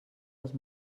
els